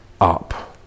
up